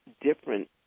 different